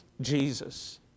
Jesus